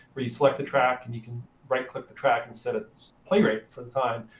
where you select the track, and you can right-click the track and set its play rate for the time.